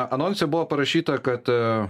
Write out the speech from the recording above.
anonse buvo parašyta kad